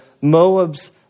Moab's